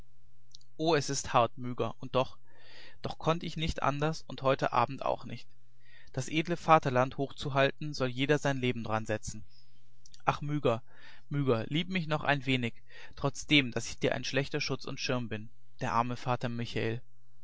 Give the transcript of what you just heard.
o es ist hart myga und doch doch konnt ich nicht anders und heut abend auch nicht das edle vaterland hochzuhalten soll jeder sein leben dransetzen ach myga myga lieb mich noch ein wenig trotzdem daß ich dir ein so schlechter schutz und schirm bin der arme vater michael